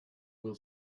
will